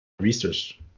research